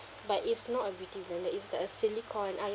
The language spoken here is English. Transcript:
but it's not a beauty blender is the a silicone ah